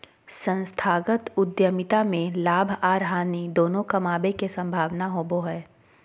संस्थागत उद्यमिता में लाभ आर हानि दोनों कमाबे के संभावना होबो हय